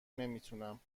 نمیتونم